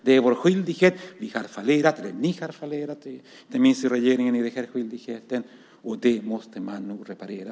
Det är vår skyldighet. Ni har fallerat, inte minst regeringen, när det gäller den här skyldigheten, och det måste man nog reparera.